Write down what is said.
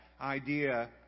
idea